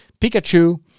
Pikachu